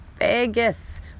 Vegas